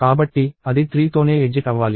కాబట్టి అది 3తోనే ఎగ్జిట్ అవ్వాలి